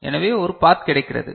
எனவே ஒரு பாத் கிடைக்கிறது